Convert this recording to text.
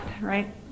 right